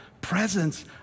presence